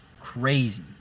crazy